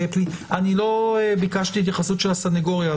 אני לא ביקשתי את התייחסות של הסניגוריה.